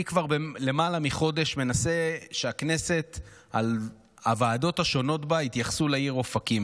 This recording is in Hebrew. כבר למעלה מחודש מנסה שהכנסת על הוועדות השונות בה תתייחס לעיר אופקים,